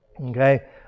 Okay